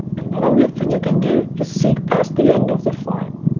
another weird thing you can do is seek past the end of the file.